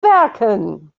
werken